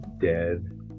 dead